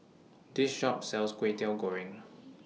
This Shop sells Kway Teow Goreng